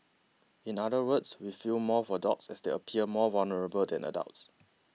in other words we feel more for dogs as they appear more vulnerable than adults